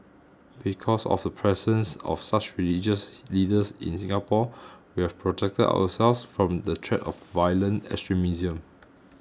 because of the presence of such religious leaders in Singapore we have protected ourselves from the threat of violent extremism